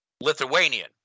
lithuanian